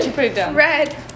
Red